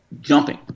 jumping